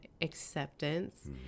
acceptance